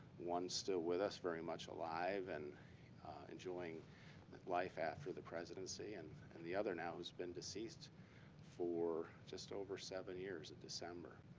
one's still with us very much alive and enjoying life after the presidency. and and the other now who's been deceased for just over seven years in december.